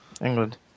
England